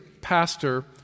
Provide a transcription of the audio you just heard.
Pastor